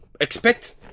expect